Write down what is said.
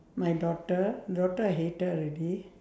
my daughter daughter I hate her already